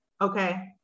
Okay